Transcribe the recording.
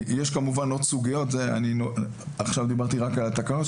יש כמובן עוד סוגיות, עכשיו דיברתי רק על התקנות.